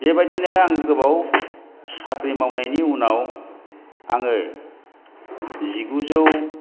बेबायदिनो आं गोबाव साख्रि मावनायनि उनाव आङो जिगुजौ